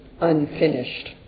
unfinished